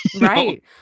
Right